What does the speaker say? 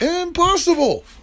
impossible